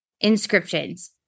inscriptions